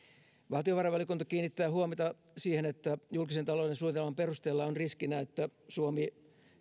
valtiovarainvaliokunta kiinnittää huomiota siihen että julkisen talouden suunnitelman perusteella on riskinä että suomi